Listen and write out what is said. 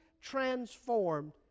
transformed